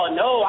no